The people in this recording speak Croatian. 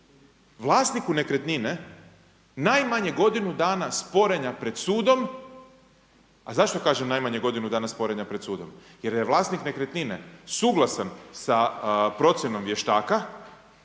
vlasniku nekretnine najmanje godinu dana sporenja pred sudom, a zašto kažem najmanje godinu dana sporenja pred sudom, jer je vlasnik nekretnine suglasan sa procjenom vještaka,